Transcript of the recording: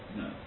no